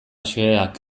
xeheak